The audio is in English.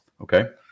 Okay